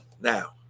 now